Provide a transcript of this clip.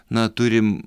na turim